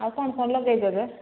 ଆଉ କ'ଣ କ'ଣ ଲଗେଇଛ ଯେ